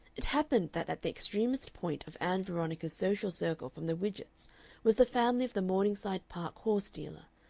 it happened that at the extremest point of ann veronica's social circle from the widgetts was the family of the morningside park horse-dealer,